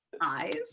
eyes